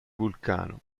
vulcano